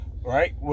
Right